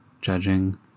judging